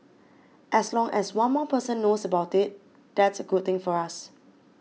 as long as one more person knows about it that's a good thing for us